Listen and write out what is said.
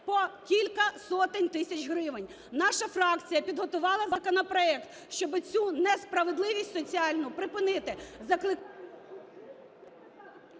по кілька сотень тисяч гривень! Наша фракція підготувала законопроект, щоби цю несправедливість соціальну припинити.